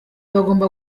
bagomba